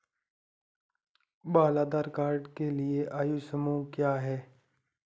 बाल आधार कार्ड के लिए आयु समूह क्या है?